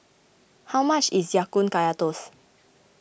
how much is Ya Kun Kaya Toast